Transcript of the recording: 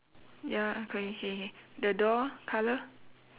ya K K K the door colour